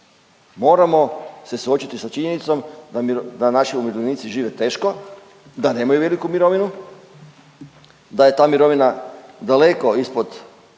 moramo se suočiti sa činjenicom da naši umirovljenici žive teško, da nemaju veliku mirovinu, da je ta mirovina daleko ispod